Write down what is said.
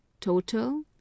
Total